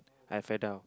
I fell down